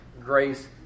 grace